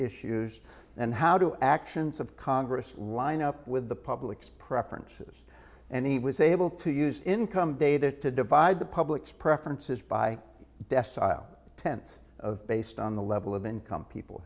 issues and how do actions of congress line up with the public's preferences and he was able to use income data to divide the public's preferences by dest tense of based on the level of income people